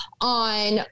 on